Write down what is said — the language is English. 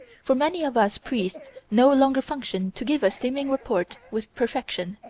for many of us priests no longer function to give us seeming rapport with perfection,